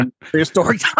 prehistoric